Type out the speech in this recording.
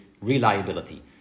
reliability